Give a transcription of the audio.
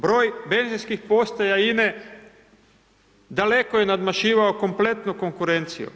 Broj benzinskih postaja INA-e daleko je nadmašivao kompletnu konkurenciju.